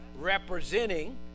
representing